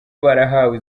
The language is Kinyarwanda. barahawe